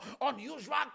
Unusual